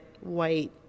white